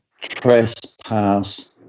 trespass